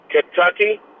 Kentucky